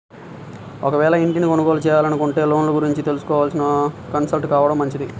ఒకవేళ ఇంటిని కొనుగోలు చేయాలనుకుంటే లోన్ల గురించి తెలిసినోళ్ళని కన్సల్ట్ కావడం మంచిది